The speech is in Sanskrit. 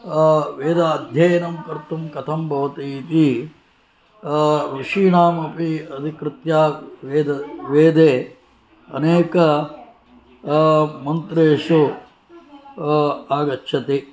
वेदाध्ययनं कर्तुं कथं भवति इति ऋषीणामपि अधिकृत्य वेदे अनेक मन्त्रेषु आगच्छति